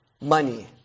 money